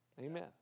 Amen